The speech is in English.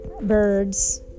birds